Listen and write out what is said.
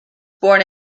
born